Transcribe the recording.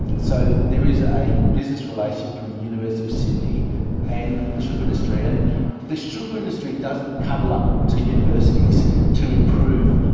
so there is a business relationship between the university of sydney and the sugar industry. and the sugar industry doesn't cuddle up to universities to improve